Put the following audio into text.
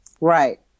right